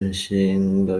imishinga